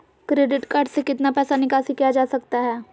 Credit card से कितना पैसा निकासी किया जा सकता है?